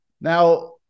Now